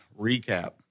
recap